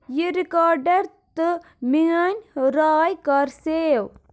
یہِ رِکارڈر تہٕ میٲنۍ راے کر سیو